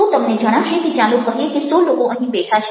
તો તમને જણાશે કે ચાલો કહીએ કે સો લોકો અહીં બેઠા છે